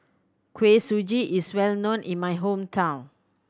Kuih Suji is well known in my hometown